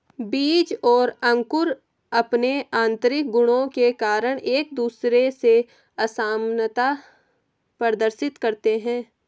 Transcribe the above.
बीज और अंकुर अंपने आतंरिक गुणों के कारण एक दूसरे से असामनता प्रदर्शित करते हैं